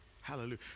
Hallelujah